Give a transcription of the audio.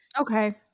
Okay